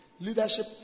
Leadership